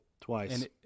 twice